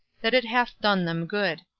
that it hath done them good.